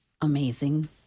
amazing